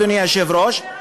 אדוני היושב-ראש,